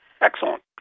Excellent